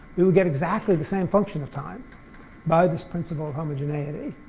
we would get exactly the same function of time by this principle of homogeneity.